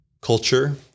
culture